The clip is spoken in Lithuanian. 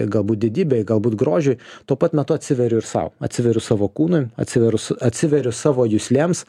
galbūt didybei galbūt grožiui tuo pat metu atsiveriu ir sau atsiveriu savo kūnui atsiver atsiveriu savo juslėms